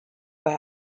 bei